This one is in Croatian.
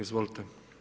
Izvolite.